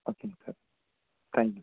ஓகேங்க sir thank you